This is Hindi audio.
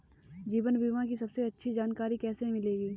जीवन बीमा की सबसे अच्छी जानकारी कैसे मिलेगी?